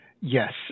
Yes